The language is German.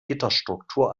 gitterstruktur